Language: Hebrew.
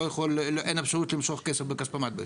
אין אפשרות למשוך כסף בכספומט בישראל.